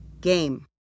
game